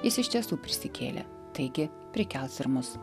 jis iš tiesų prisikėlė taigi prikels ir mus